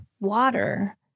water